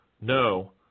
no